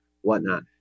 Whatnot